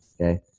okay